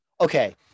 Okay